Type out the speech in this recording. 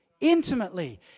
intimately